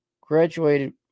Graduated